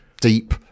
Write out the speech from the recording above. deep